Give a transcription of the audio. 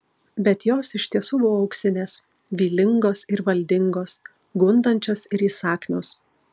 bet jos iš tiesų buvo auksinės vylingos ir valdingos gundančios ir įsakmios